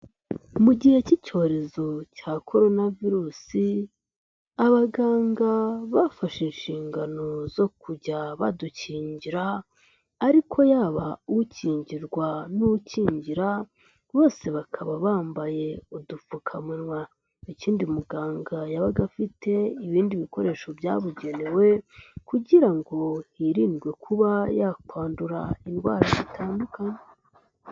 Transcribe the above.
Mu gihe cy'icyorezo cya corona virusi, abaganga bafashe inshingano zo kujya badukingira, ariko yaba ukingirwa 'n'ukingira bose bakaba bambaye udupfukamunwa. Ikindi muganga yabaga afite ibindi bikoresho byabugenewe kugira ngo hirindwe kuba yakwandura indwara zitandukanye.